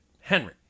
Henry